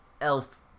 elf